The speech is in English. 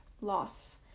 loss